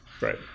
Right